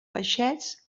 peixets